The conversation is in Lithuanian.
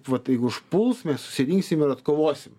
vat jeigu užpuls mes atsiginsim ir atkovosim